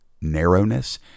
narrowness